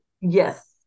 Yes